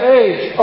age